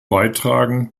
beitragen